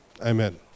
amen